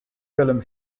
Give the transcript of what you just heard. film